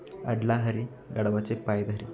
अडला हरी गाढवाचे पाय धरी